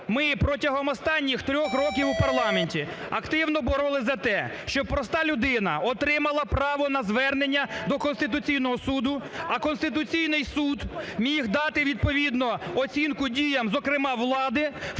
ми протягом останніх трьох років у парламенті активно боролися за те, щоб проста людина отримала право на звернення до Конституційного Суду, а Конституційний Суд міг дати відповідно оцінку діям, зокрема влади,